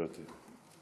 גברתי.